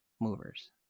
Movers